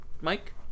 Mike